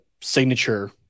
signature